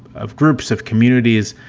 of groups of communities.